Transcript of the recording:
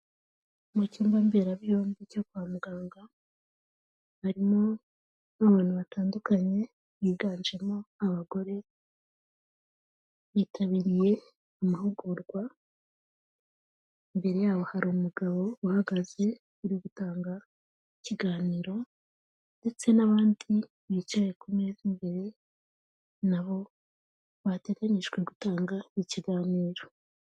Mu kigo mberabyombi cyo kwa muganga, harimo n'abantu batandukanye biganjemo abagore, bitabiriye amahugurwa, imbere yabo hari umugabo uhagaze uri gutanga ikiganiro ndetse n'abandi bicaye ku meza imbere na bo bateganyijwe gutanga ikiganiro.